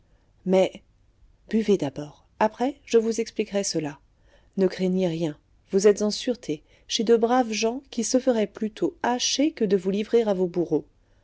mais buvez d'abord après je vous expliquerai cela ne craignez rien vous êtes en sûreté chez de braves gens qui se feraient plutôt hacher que de vous livrer à vos bourreaux